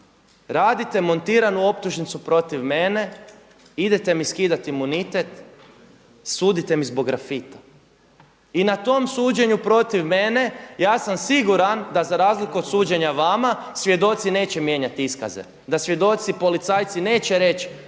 radite montiranu optužnicu protiv mene, idete mi skidati imunitet, sudite mi zbog grafita. I na tom suđenu protiv mene ja sam siguran da za razliku od suđenja vama svjedoci neće mijenjati iskaze, da svjedoci policajci neće reći,